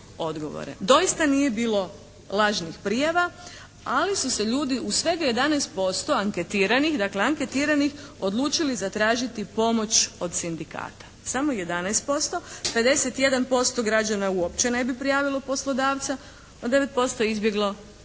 Doista nije bilo lažnih prijava ali su se ljudi u svega 11% anketiranih odlučili zatražiti pomoć od sindikata, samo 11%. 51% građana uopće ne bi prijavilo poslodavca a 9% je izbjeglo odgovor.